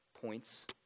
points